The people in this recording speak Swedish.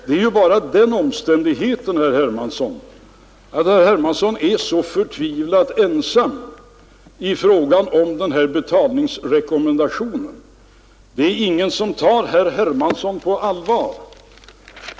Det är bara den omständigheten i vägen att herr Hermansson är så förtvivlat ensam om den betalningsrekommendationen. Det är ingen som tar herr Hermansson på allvar.